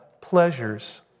pleasures